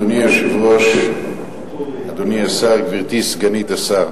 אדוני היושב-ראש, אדוני השר, גברתי סגנית השר,